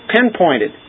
pinpointed